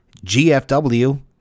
GFW